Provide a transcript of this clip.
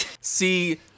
See